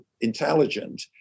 intelligent